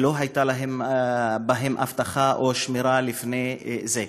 שלא הייתה בהם אבטחה או שמירה לפני זה.